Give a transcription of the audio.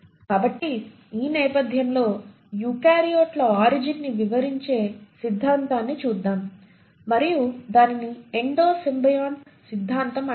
కాబట్టి ఈ నేపథ్యంలో యూకారియోట్ల ఆరిజిన్ ని వివరించే సిద్ధాంతాన్ని చూద్దాం మరియు దానిని ఎండో సింబియంట్ సిద్ధాంతం అంటారు